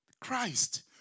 Christ